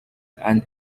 and